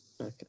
Okay